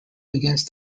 against